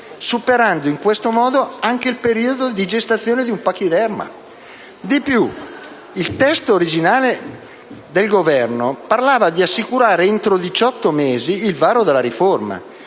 superando in questo modo anche il periodo di gestazione di un pachiderma. Di più, il testo originario del Governo parlava di «assicurare» entro diciotto mesi il varo della riforma,